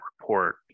report